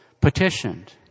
petitioned